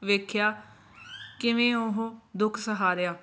ਵੇਖਿਆ ਕਿਵੇਂ ਉਹ ਦੁੱਖ ਸਹਾਰਿਆ